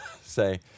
say